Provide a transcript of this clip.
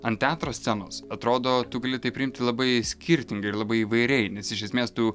ant teatro scenos atrodo tu gali tai priimti labai skirtingai ir labai įvairiai nes iš esmės tu